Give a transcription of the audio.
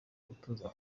gutuza